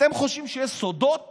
אתם חושבים שיש סודות צבאיים?